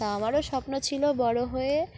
তা আমারও স্বপ্ন ছিল বড়ো হয়ে